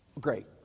great